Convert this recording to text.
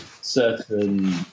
certain